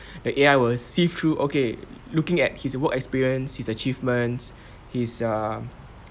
the A_I will sieve through okay looking at his work experience his achievements his err